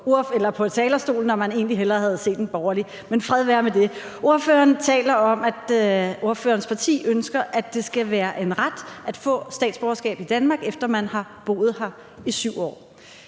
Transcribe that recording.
på talerstolen og man egentlig hellere havde set en borgerlig. Men fred være med det. Ordføreren taler om, at ordførerens parti ønsker, at det skal være en ret at få statsborgerskab i Danmark, efter man har boet her i 7 år.